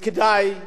וזה חשוב,